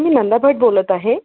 मी नंदा भट बोलत आहे